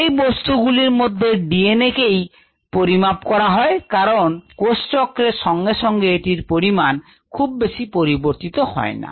এই বস্তু গুলির মধ্যে DNA কেই পরিমাপ করা হয় কারণ কোষ চক্রের সঙ্গে সঙ্গে এটির পরিমাণ খুব বেশি পরিবর্তিত হয় না